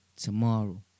tomorrow